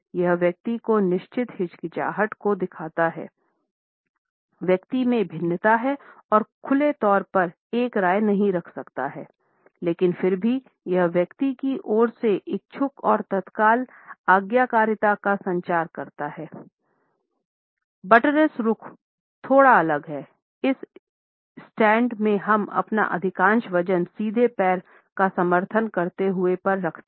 यह व्यक्ति की निश्चित हिचकिचाहट को दिखाता है व्यक्ति में भिन्नता है और खुले तौर पर एक राय नहीं रख सकता है लेकिन फिर भी यह व्यक्ति की ओर से इच्छुक और तत्काल आज्ञाकारिता का संचार करता है